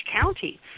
county